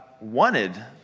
wanted